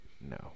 No